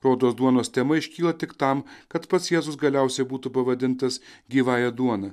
rodos duonos tema iškyla tik tam kad pats jėzus galiausiai būtų pavadintas gyvąja duona